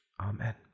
Amen